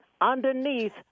underneath